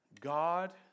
God